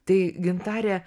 tai gintare